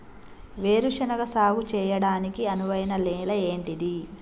వేరు శనగ సాగు చేయడానికి అనువైన నేల ఏంటిది?